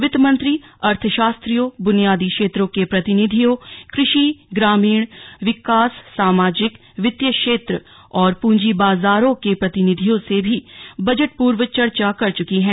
वित्तमंत्री अर्थशास्त्रियों बुनियादी क्षेत्रों के प्रतिनधियों कृषि ग्रामीण विकास सामाजिक वित्तीय क्षेत्र और पूंजी बाजारों के प्रतिनिधियों से भी बजट पूर्व चर्चा कर चुकी हैं